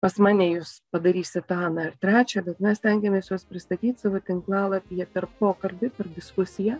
pas mane jūs padarysit tą aną ir trečią bet mes stengiamės juos pristatyt savo tinklalapyje per pokalbį per diskusiją